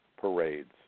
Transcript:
parades